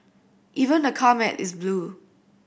even the car mat is blue